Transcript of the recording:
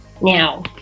now